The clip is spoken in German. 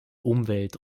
umwelt